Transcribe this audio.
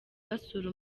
basura